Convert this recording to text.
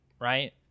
right